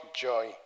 joy